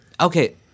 okay